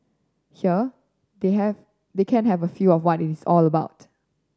here they have they can have a feel of what it's all about